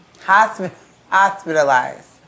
Hospitalized